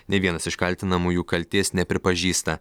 nė vienas iš kaltinamųjų kaltės nepripažįsta